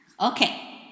Okay